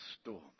storm